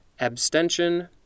Abstention